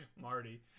marty